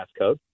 passcode